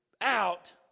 out